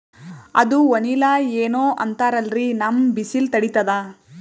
ಅದು ವನಿಲಾ ಏನೋ ಅಂತಾರಲ್ರೀ, ನಮ್ ಬಿಸಿಲ ತಡೀತದಾ?